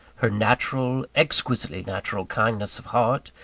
her natural exquisitely natural kindness of heart,